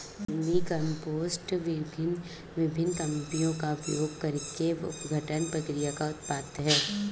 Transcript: vermicompost विभिन्न कृमियों का उपयोग करके अपघटन प्रक्रिया का उत्पाद है